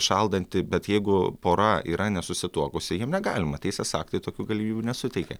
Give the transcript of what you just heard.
šaldant bet jeigu pora yra nesusituokusi jiem negalima teisės aktai tokių galimybių nesuteikia